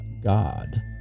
God